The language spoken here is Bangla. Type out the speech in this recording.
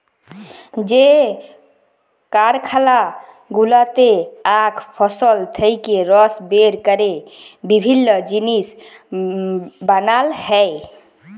যে কারখালা গুলাতে আখ ফসল থেক্যে রস বের ক্যরে বিভিল্য জিলিস বানাল হ্যয়ে